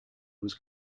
was